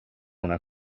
una